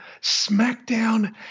SmackDown